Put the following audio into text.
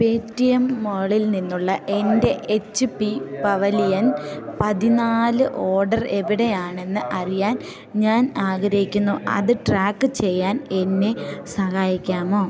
Paytm മാളിൽ നിന്നുള്ള എൻ്റെ എച്ച് പി പവലിയൻ പതിനാല് ഓഡർ എവിടെയാണെന്ന് അറിയാൻ ഞാൻ ആഗ്രഹിക്കുന്നു അത് ട്രാക്ക് ചെയ്യാൻ എന്നെ സഹായിക്കാമോ